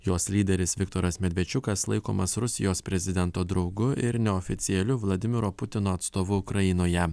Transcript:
jos lyderis viktoras medvečiukas laikomas rusijos prezidento draugu ir neoficialiu vladimiro putino atstovu ukrainoje